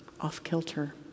off-kilter